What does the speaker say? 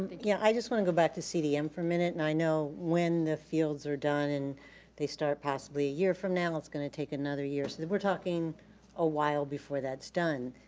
yeah, i just wanna go back to cdm for a minute, and i know when the fields are done and they start possibly a year from now, it's gonna take another year, so we're talking a while before that's done.